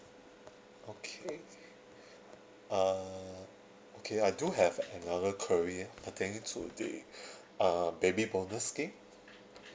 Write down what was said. okay uh okay I do have another query pertaining to the uh baby bonus scheme